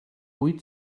wyt